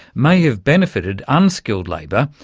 may have benefitted unskilled labour,